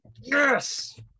Yes